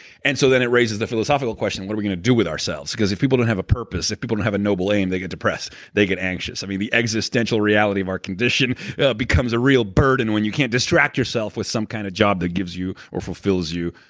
and so it raises the philosophical question of what are we going do with ourselves? because if people don't have a purpose, if people don't have a noble aim, they get depressed. they get anxious. i mean, the existential reality of our condition becomes a real burden when you can't distract yourself with some kind of job that gives you, or fulfills you,